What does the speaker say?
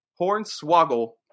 Hornswoggle